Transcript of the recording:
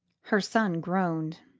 her son groaned.